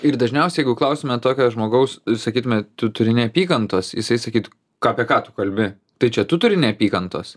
ir dažniausiai jeigu klausiame tokio žmogaus sakytume tu turi neapykantos jisai sakytų ką apie ką tu kalbi tai čia tu turi neapykantos